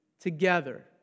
Together